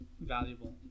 valuable